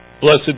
Blessed